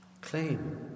claim